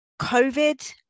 covid